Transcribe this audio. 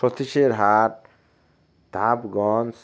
সচিশের হাট ধাপগঞ্জ